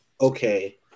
okay